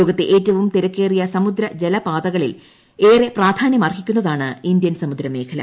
ലോകത്തെ ഏറ്റവും തിരക്കേറിയ സമുദ്രജലപാതകളിൽ ഏറെ പ്രാധാന്യമർഹിക്കുന്നതാണ് ഇന്ത്യൻ സമുദ്രമേഖല